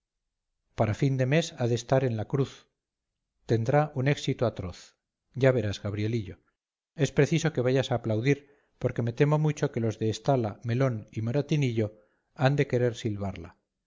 para fin de mes ha de estar en la cruz tendrá un éxito atroz ya verás gabrielillo es preciso que vayas a aplaudir porque me temo mucho que los de estala melón y moratinillo han de querer silbarla hay